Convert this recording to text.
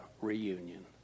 reunion